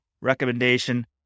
recommendation